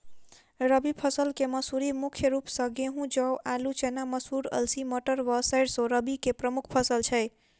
रबी फसल केँ मसूरी मुख्य रूप सँ गेंहूँ, जौ, आलु,, चना, मसूर, अलसी, मटर व सैरसो रबी की प्रमुख फसल छै